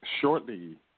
shortly